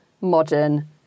modern